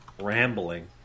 rambling